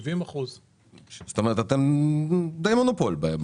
70%. כך שאתם די מונופול.